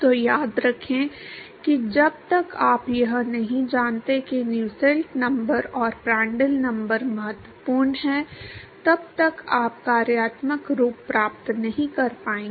तो याद रखें कि जब तक आप यह नहीं जानते कि नुसेल्ट नंबर और प्रांडल नंबर महत्वपूर्ण हैं तब तक आप कार्यात्मक रूप प्राप्त नहीं कर पाएंगे